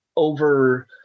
over